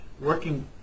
working